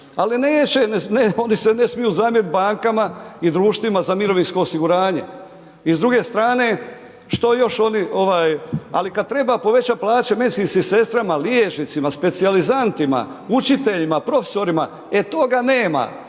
neće oni se ne smiju zamjeriti bankama i društvima za mirovinsko osiguranje. I s druge strane što još oni ovaj, ali kad treba povećat plaće medicinskim sestrama, liječnicima, specijalizantima, učiteljima, profesorima, a toga nema